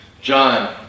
John